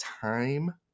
time